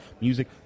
music